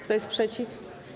Kto jest przeciw?